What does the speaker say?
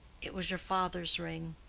it was your father's ring.